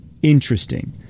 interesting